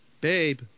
Babe